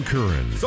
Curran